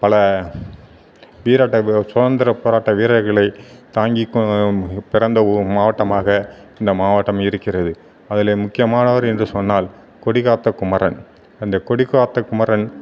பல சுதந்திர போராட்ட வீரர்களை தாங்கி கொ பிறந்த ஊரும் மாவட்டமாக இந்த மாவட்டம் இருக்கிறது அதில் முக்கியமானவர் என்று சொன்னால் கொடிக்காத்த குமரன் அந்த கொடிக்காத்த குமரன்